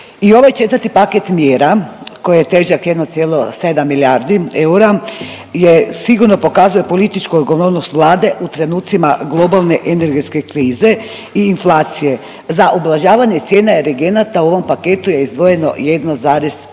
I ovaj četvrti paket mjera koji je težak 1,7 milijardi eura sigurno pokazuje političku odgovornost Vlade u trenutcima globalne energetske krize i inflacije. Za ublažavanje cijena energenata u ovom paketu je izdvojeno 1,18